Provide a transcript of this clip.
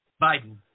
Biden